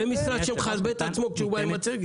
זה משרד שמכבד את עצמו כשהוא בא עם מצגת.